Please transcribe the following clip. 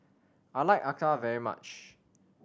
I like acar very much